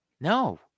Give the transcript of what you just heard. No